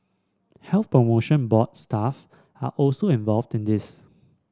Health Promotion Board staff are also involved in this